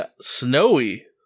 snowy